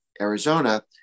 Arizona